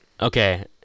Okay